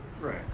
Right